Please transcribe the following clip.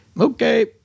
okay